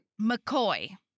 McCoy